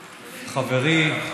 חברי,